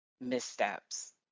missteps